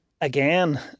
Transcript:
again